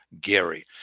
Gary